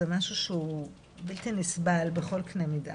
זה משהו שהוא בלתי נסבל בכל קני מידה.